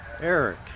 Eric